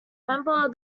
member